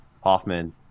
Hoffman